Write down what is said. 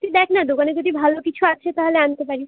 তুই দেখ না দোকানে যদি ভালো কিছু আছে তাহলে আনতে পারিস